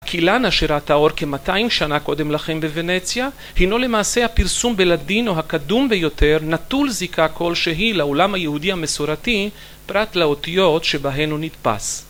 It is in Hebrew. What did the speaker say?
קהילת נשירת האור כ-200 שנה קודם לכן בוונציה הינו למעשה הפרסום בלדינו או הקדום ביותר נטול זיקה כלשהי לעולם היהודי המסורתי פרט לאותיות שבהן נתפס.